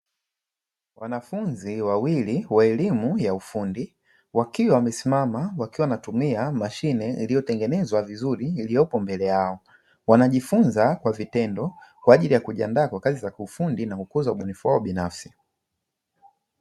Wanafunzi wawili wa elimu ya ufundi, wakiwa wamesimama, wakiwa wanatumia mashine iliyotengenezwa vizuri, iliyopo mbele yao. Wanajifunza kwa vitendo kwa ajili ya kujiandaa kwa kazi za kiufundi na kukuza ubunifu wao.